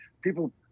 People